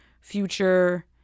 future